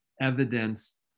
evidence